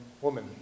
woman